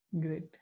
great